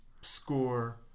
score